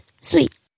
sweet